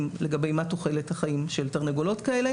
לגבי תוחלת החיים של תרנגולות כאלה.